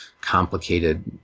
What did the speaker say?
complicated